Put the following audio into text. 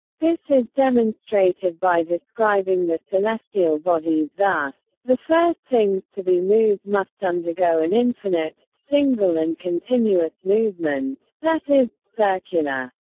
this is demonstrated by describing the celestial bodies thus the first things to be moved must undergo an infinite, single and continuous movement, that is, circular.